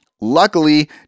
Luckily